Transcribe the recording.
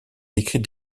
écrit